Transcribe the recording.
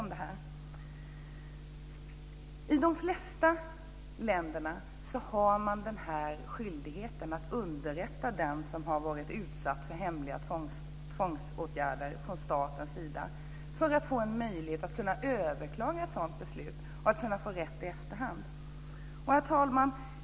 I de flesta länder finns skyldigheten att underrätta den som har blivit utsatt för hemliga tvångsåtgärder från statens sida, för att få en möjlighet att överklaga ett sådant beslut och få rätt i efterhand. Herr talman!